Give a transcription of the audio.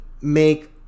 make